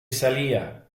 salía